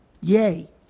Yay